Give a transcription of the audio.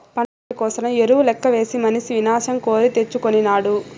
పంట దిగుబడి కోసరం ఎరువు లెక్కవేసి మనిసి వినాశం కోరి తెచ్చుకొనినాడు